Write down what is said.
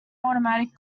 automatic